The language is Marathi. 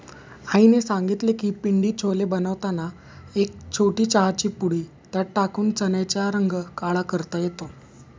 आईने सांगितले की पिंडी छोले बनवताना एक छोटी चहाची पुडी त्यात टाकून चण्याचा रंग काळा करता येतो